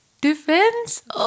Defense